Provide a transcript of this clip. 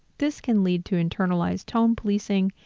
this can lead to internalized tone policing,